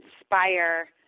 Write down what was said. inspire